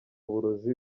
uburozi